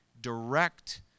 direct